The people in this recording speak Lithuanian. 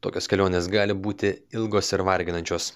tokios kelionės gali būti ilgos ir varginančios